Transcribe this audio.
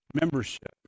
membership